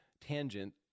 tangent